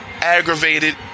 aggravated